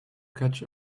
catch